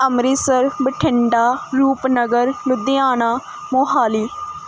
Amritsar Bathinda Rupnagar Ludhiana Mohali